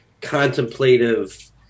contemplative